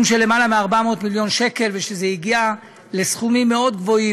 של למעלה מ-400 מיליון שקל וזה הגיע לסכומים מאוד גבוהים,